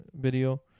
Video